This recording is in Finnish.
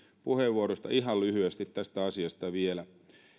puheenvuorosta ihan lyhyesti vielä